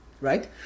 Right